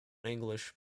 english